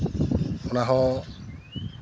ᱚᱱᱟ ᱦᱚᱸ